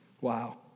Wow